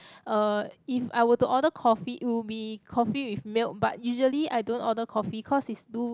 uh if I were to order coffee it would be coffee with milk but usually I don't order coffee cause it's too